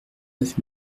neuf